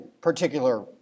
particular